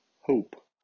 hope